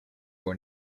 door